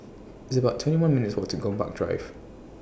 It's about twenty one minutes' Walk to Gombak Drive